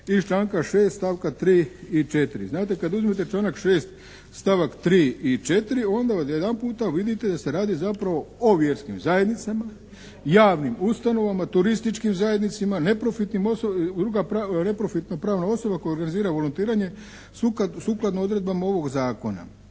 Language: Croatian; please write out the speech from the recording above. iz članka 6. stavka 3. i 4. Znate kad uzmete članak 6., stavak 3. i 4. onda odjedanputa vidite da se radi zapravo o vjerskim zajednicama, javnim ustanovama, turističkim zajednicama, neprofitnim … /Govornik se ne razumije./ … druga neprofitna pravna osoba koja organizira volontiranje sukladno odredbama ovog Zakona.